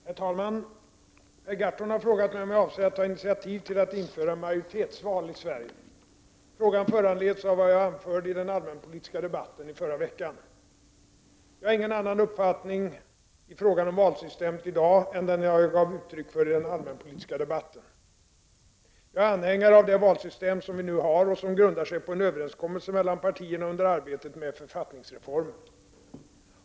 Herr talman! Per Gahrton har frågat mig om jag avser att ta initiativ till att införa majoritetsval i Sverige. Frågan föranleds av vad jag anförde i den allmänpolitiska debatten förra veckan. Jag har ingen annan uppfattning i frågan om valsystemet i dag än den jag gav uttryck för i den allmänpolitiska debatten. Jag är anhängare av det valsystem som vi nu har och som grundar sig på en överenskommelse mellan partierna under arbetet med författningsreformen.